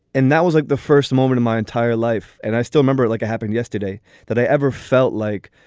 and that was like the first moment of my entire life. and i still remember it like it happened yesterday that i ever felt like,